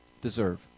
deserve